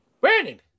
Brandon